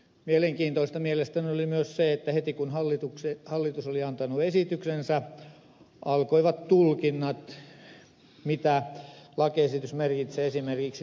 mielenkiintoista mielestäni oli myös se että heti kun hallitus oli antanut esityksensä alkoivat tulkinnat mitä lakiesitys merkitsee esimerkiksi lisävoiman rakentamiselle